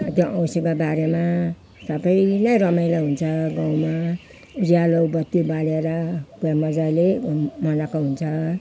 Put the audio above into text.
त्यो औँसीका बारेमा सबलाई रमाइलो हुन्छ गाउँमा औँसीमा उज्यालो बत्ती बालेर त्यहाँ मजाले मनाएको हुन्छ